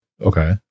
Okay